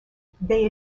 they